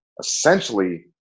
essentially